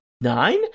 nine